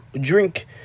drink